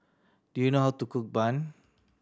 do you know how to cook bun